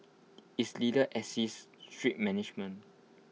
its leaders exercise strict management